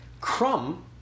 Crumb